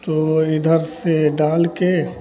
तो इधर से डाल कर